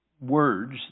words